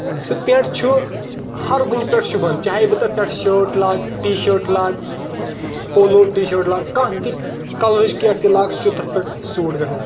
سُہ پیٚنٛٹ چھُ ہَر کُنہِ پٮ۪ٹھ شوٗبان چاہے بہٕ تَتھ شٲٹ لاگہٕ ٹی شٲٹ لاگہٕ پولو ٹی شٲٹ لگہٕ کانٛہہ تہِ کَلرٕچ کیٚنٛہہ تہِ لاگہٕ سُہ چھُ تَتھ پٮ۪ٹھ سوٗٹ گژھان